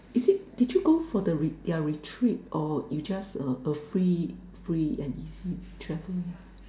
is it did you go for the their retreat or you just uh free free and easy travel